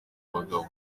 abagabo